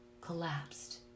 collapsed